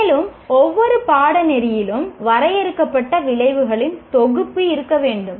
மேலும் ஒவ்வொரு பாடநெறியிலும் வரையறுக்கப்பட்ட விளைவுகளின் தொகுப்பு இருக்க வேண்டும்